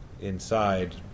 Inside